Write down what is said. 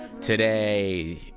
today